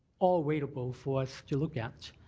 all readable for us to look at.